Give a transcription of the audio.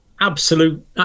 absolute